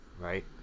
right